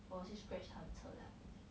我要去 scratch 他的车 liao 跟你讲